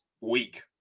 week